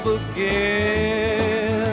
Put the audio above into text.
again